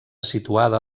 situada